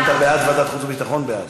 אם אתה בעד ועדת חוץ וביטחון, בעד.